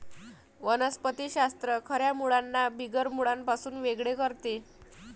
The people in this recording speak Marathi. वनस्पति शास्त्र खऱ्या मुळांना बिगर मुळांपासून वेगळे करते